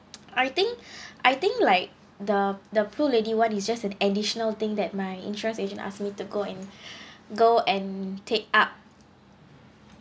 I think I think like the the pro lady [one] is just an additional thing that my insurance agent asked me to go and go and take up